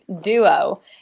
duo